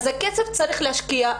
אז הכסף צריך להשקיע,